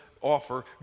offer